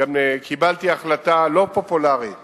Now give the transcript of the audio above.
קיבלתי החלטה לא פופולרית